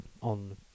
on